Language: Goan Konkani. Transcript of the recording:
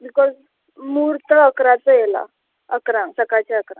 बिकॉज मूर्त अकराचो येयला अकरांक सकाळचें अकरांक